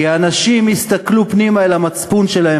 כי אנשים הסתכלו פנימה אל המצפון שלהם